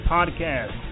Podcast